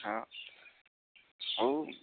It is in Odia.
ହଁ ହଉ